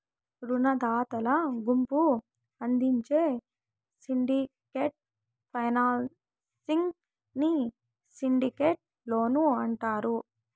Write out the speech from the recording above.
రునదాతల గుంపు అందించే సిండికేట్ ఫైనాన్సింగ్ ని సిండికేట్ లోన్ అంటారు